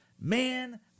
man